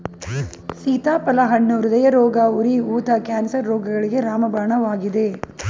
ಸೀತಾಫಲ ಹಣ್ಣು ಹೃದಯರೋಗ, ಉರಿ ಊತ, ಕ್ಯಾನ್ಸರ್ ರೋಗಗಳಿಗೆ ರಾಮಬಾಣವಾಗಿದೆ